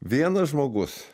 vienas žmogus